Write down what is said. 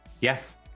yes